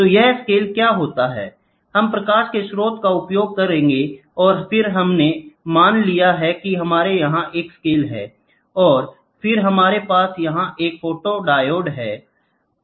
तो यह स्केल क्या होता है हम प्रकाश के स्रोत का उपयोग करेंगे और फिर हमने मान लिया है कि हमारे यहाँ एक स्केल है और फिर हमारे पास यहाँ एक फोटोडायोड होगा